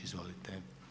Izvolite.